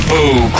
Boo